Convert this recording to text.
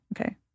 okay